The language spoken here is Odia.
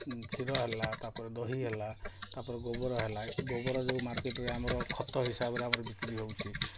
କ୍ଷୀର ହେଲା ତା'ପରେ ଦହି ହେଲା ତା'ପରେ ଗୋବର ହେଲା ଗୋବର ଯେଉଁ ମାର୍କେଟରେ ଆମର ଖତ ହିସାବରେ ଆମର ବିକ୍ରି ହେଉଛି